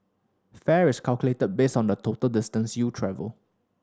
fare is calculated based on the total distance you travel